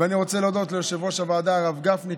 אני רוצה להודות ליושב-ראש הוועדה הרב גפני,